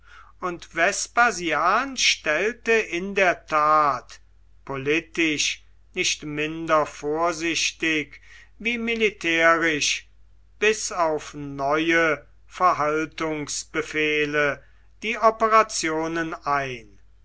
und vespasian stellte in der tat politisch nicht minder vorsichtig wie militärisch bis auf neue verhaltungsbefehle die operationen ein